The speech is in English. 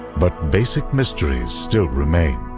but basic mysteries still remain.